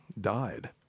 Died